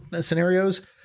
scenarios